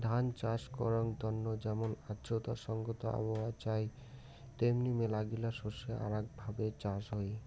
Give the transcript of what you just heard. ধান চাষ করাঙ তন্ন যেমন আর্দ্রতা সংগত আবহাওয়া চাই তেমনি মেলাগিলা শস্যের আরাক ভাবে চাষ হই